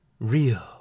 real